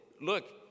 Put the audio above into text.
Look